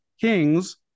Kings